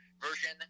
version